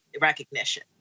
recognition